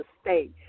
state